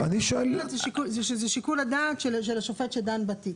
אני שואל --- זה שיקול הדעת של השופט שדן בתיק.